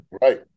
Right